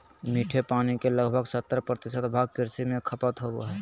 मीठे पानी के लगभग सत्तर प्रतिशत भाग कृषि में खपत होबो हइ